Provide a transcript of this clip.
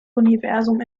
universum